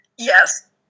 Yes